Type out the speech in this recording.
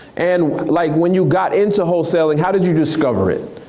and when like when you got into wholesaling, how did you discover it?